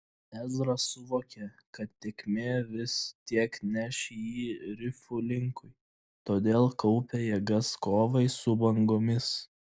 ezra suvokė kad tėkmė vis tiek neš jį rifų linkui todėl kaupė jėgas kovai su bangomis